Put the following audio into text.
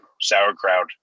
sauerkraut